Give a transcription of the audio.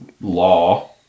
law